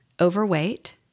overweight